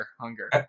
hunger